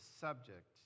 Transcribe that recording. subject